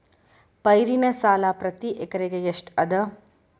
ಪೈರಿನ ಸಾಲಾ ಪ್ರತಿ ಎಕರೆಗೆ ಎಷ್ಟ ಅದ?